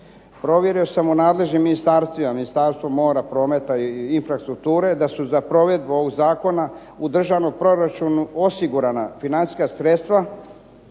Provjerio sam u nadležnim ministarstvima, Ministarstvu mora, prometa i infrastrukture da su za provedbu ovog zakona u državnom proračunu osigurana financijska sredstva